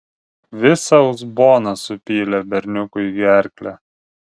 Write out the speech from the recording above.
visą uzboną supylė berniukui į gerklę